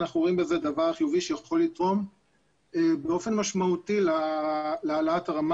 אנחנו רואים בזה דבר חיובי שיכול לתרום באופן משמעותי להעלאת הרמה